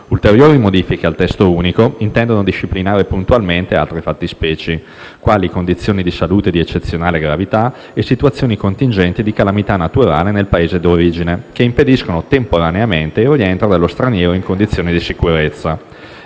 Ulteriori modifiche al testo unico intendono disciplinare puntualmente altre fattispecie, quali condizioni di salute di eccezionale gravità e situazioni contingenti di calamità naturale nel Paese di origine che impediscono temporaneamente il rientro dello straniero in condizioni di sicurezza.